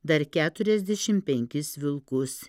dar keturiasdešim penkis vilkus